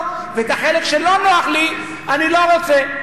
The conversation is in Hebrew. ואת החלק שלא נוח לי אני לא רוצה.